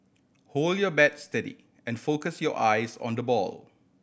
hold your bat steady and focus your eyes on the ball